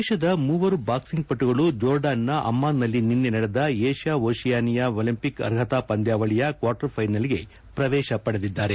ದೇಶದ ಮೂವರು ಬಾಕ್ಲಿಂಗ್ ಪಟುಗಳು ಜೋಡಾರ್ನ್ನ ಅಮ್ಮಾನ್ನಲ್ಲಿ ನಿನ್ನೆ ನಡೆದ ಏಷ್ಯಾ ಓಶನಿಯ ಒಲಂಪಿಕ್ ಅರ್ಹತಾ ಪಂದ್ಯಾವಳಿಯ ಕ್ವಾಟರ್ ಫೈನಲ್ಸ್ಗೆ ಪ್ರವೇಶ ಪಡೆದಿದ್ದಾರೆ